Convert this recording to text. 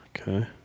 Okay